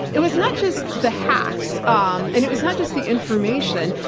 it was not just the hacks, um and it was not just the information,